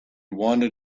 wanted